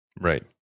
right